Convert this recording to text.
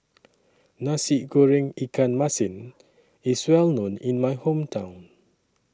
Nasi Goreng Ikan Masin IS Well known in My Hometown